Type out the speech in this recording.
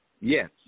Yes